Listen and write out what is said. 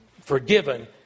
forgiven